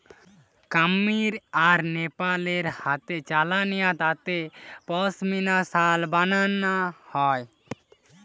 কামীর আর নেপাল রে হাতে চালানিয়া তাঁতে পশমিনা শাল বানানা হয়